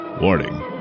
Warning